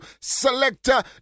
Selector